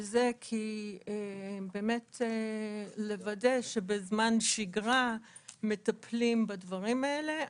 כדי באמת לוודא שבזמן שיגרה מטפלים בדברים האלה.